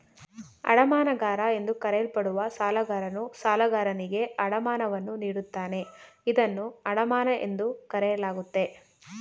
ಅಡಮಾನಗಾರ ಎಂದು ಕರೆಯಲ್ಪಡುವ ಸಾಲಗಾರನು ಸಾಲಗಾರನಿಗೆ ಅಡಮಾನವನ್ನು ನೀಡುತ್ತಾನೆ ಇದನ್ನ ಅಡಮಾನ ಎಂದು ಕರೆಯಲಾಗುತ್ತೆ